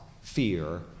fear